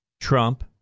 Trump